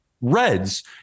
Reds